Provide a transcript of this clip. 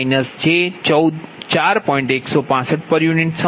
I1f એ I1fI2f j4